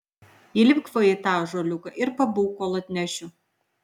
įlipk va į tą ąžuoliuką ir pabūk kol atnešiu